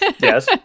Yes